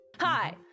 Hi